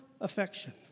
affection